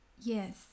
Yes